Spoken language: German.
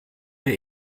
mir